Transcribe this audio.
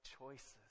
choices